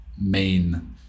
main